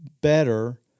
better